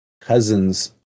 cousins